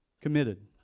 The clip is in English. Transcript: Committed